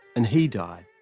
and he died,